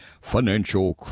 financial